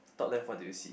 top left what do you see